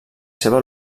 seva